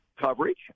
coverage